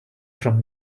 from